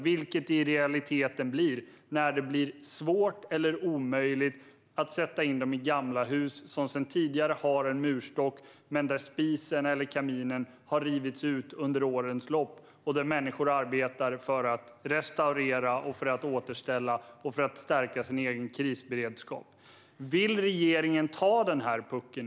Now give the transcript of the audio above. Det är ju detta som blir följden när det blir svårt eller omöjligt att sätta in dem i gamla hus som sedan tidigare har en murstock men där spisen eller kaminen har rivits ut under årens lopp och där människor nu arbetar för att restaurera och återställa byggnaden och stärka sin egen krisberedskap. Vill regeringen ta den här pucken?